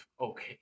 okay